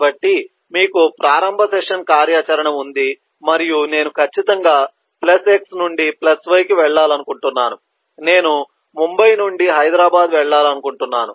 కాబట్టి మీకు ప్రారంభ సెషన్ కార్యాచరణ ఉంది మరియు నేను ఖచ్చితంగా ప్లస్ x నుండి ప్లస్ y కి వెళ్లాలనుకుంటున్నాను నేను ముంబై నుండి హైదరాబాద్ వెళ్లాలనుకుంటున్నాను